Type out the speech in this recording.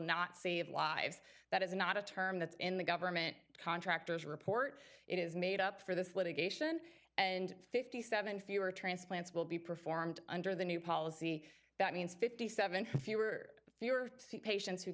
not save lives that is not a term that's in the government contractors report it is made up for this litigation and fifty seven fewer transplants will be performed under the new policy that means fifty seven fewer fewer see patients who